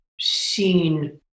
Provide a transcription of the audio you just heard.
seen –